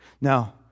Now